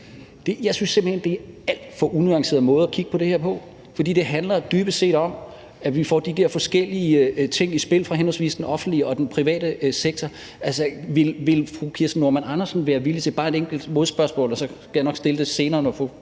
hen, det er en alt for unuanceret måde at kigge på det her på, for det handler dybest set om, at vi får de der forskellige ting i spil fra henholdsvis den offentlige og den private sektor. Vil fru Kirsten Normann Andersen være villig til – det er bare et enkelt modspørgsmål, og så skal jeg nok stille det senere,